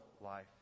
life